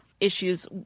issues